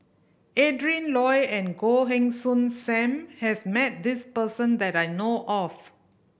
Adrin Loi and Goh Heng Soon Sam has met this person that I know of